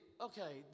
okay